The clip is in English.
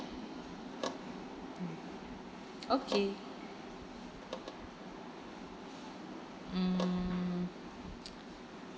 mm okay mm